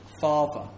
Father